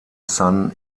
san